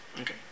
Okay